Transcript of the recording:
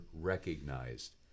recognized